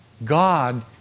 God